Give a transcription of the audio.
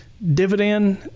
Dividend